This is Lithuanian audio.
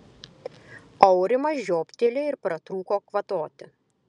aurimas žiobtelėjo ir pratrūko kvatoti